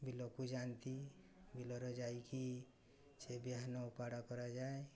ବିଲକୁ ଯାଆନ୍ତି ବିଲରେ ଯାଇକି ସେ ବିହନ ଉପାଡ଼ା କରାଯାଏ